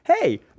hey